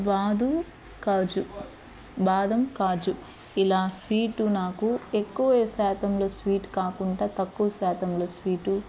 బాదూ కాజు బాదం కాజు ఇలా స్వీటు నాకు ఎక్కువ శాతంలో స్వీట్ కాకుండా తక్కువ శాతంలో స్వీటు